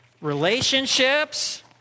Relationships